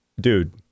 Dude